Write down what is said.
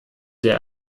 der